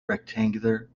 rectangular